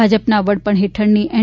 ભાજપના વડપણ હેઠળની એન